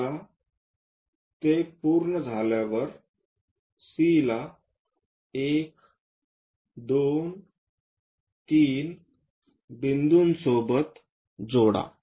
एकदा ते पूर्ण झाल्यावर Cला 1 2 3 बिंदूंसोबत जोडा